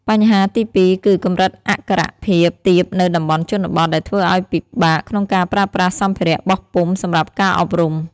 បញ្ហាទីពីរគឺកម្រិតអក្ខរភាពទាបនៅតំបន់ជនបទ ដែលធ្វើឱ្យពិបាកក្នុងការប្រើប្រាស់សម្ភារបោះពុម្ពសម្រាប់ការអប់រំ។